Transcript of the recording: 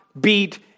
beat